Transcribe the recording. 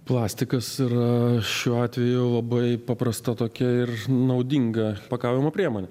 plastikas yra šiuo atveju labai paprasta tokia ir naudinga pakavimo priemonė